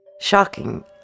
Shocking